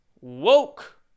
woke